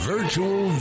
Virtual